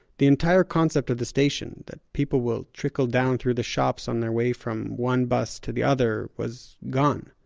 the entire concept of the station that people will trickle down through the shops on their way from one bus to the other was gone.